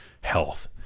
health